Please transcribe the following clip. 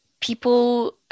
people